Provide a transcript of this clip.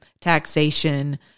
taxation